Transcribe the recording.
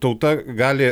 tauta gali